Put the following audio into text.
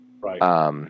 Right